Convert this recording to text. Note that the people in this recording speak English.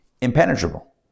impenetrable